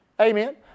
amen